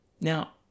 Now